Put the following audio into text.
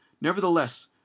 Nevertheless